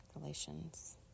Galatians